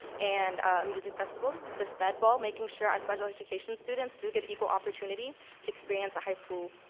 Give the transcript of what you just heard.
and a music festival, the sped bowl, making sure our special education students do get equal opportunity to experience a high school,